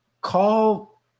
call